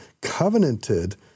covenanted